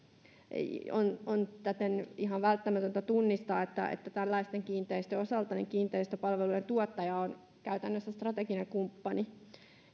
on täten ihan välttämätöntä tunnistaa että että tällaisten kiinteistöjen osalta kiinteistöpalvelujen tuottaja on käytännössä strateginen kumppani